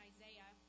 Isaiah